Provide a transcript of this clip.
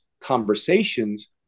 conversations